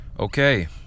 Okay